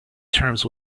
terms